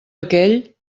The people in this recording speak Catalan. aquell